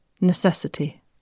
Necessity